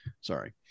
Sorry